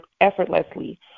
effortlessly